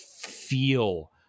feel